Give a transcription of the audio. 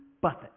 Buffett